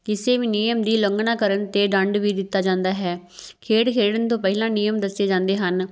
ਕਿਸੇ ਵੀ ਨਿਯਮ ਦੀ ਉਲੰਘਣਾ ਕਰਨ 'ਤੇ ਦੰਡ ਵੀ ਦਿੱਤਾ ਜਾਂਦਾ ਹੈ ਖੇਡ ਖੇਡਣ ਤੋਂ ਪਹਿਲਾਂ ਨਿਯਮ ਦੱਸੇ ਜਾਂਦੇ ਹਨ